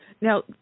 Now